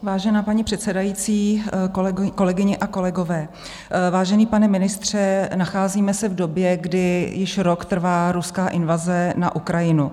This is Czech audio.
Vážená paní předsedající, kolegyně a kolegové, vážený pane ministře, nacházíme se v době, kdy již rok trvá ruská invaze na Ukrajinu.